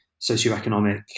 socioeconomic